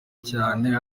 cyane